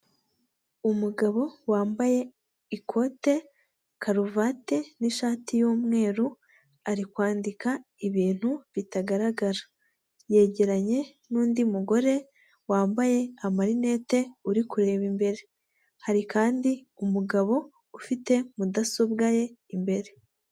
Umugabo wambaye ikote, karuvati n'ishati y'umweru, ari kwandika ibintu bitagaragara. Yegeranye n'undi mugore wambaye amarinete uri kureba imbere. Hari kandi umugabo ufite mudasobwa ye imbere.